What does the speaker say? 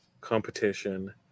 competition